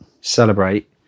Celebrate